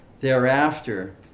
thereafter